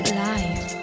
life